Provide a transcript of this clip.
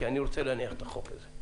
כי אני רוצה להניח את החוק הזה.